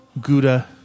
Gouda